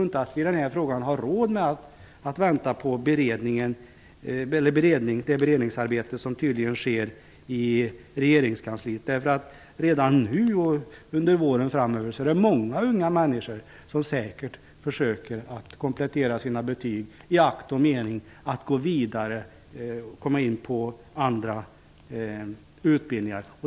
Vi har i den här frågan inte råd att vänta på det beredningsarbete som tydligen bedrivs i regeringskansliet. Redan nu och under våren framöver kommer säkerligen många unga människor att komplettera sina betyg i akt och mening att gå vidare och komma in på nya utbildningar.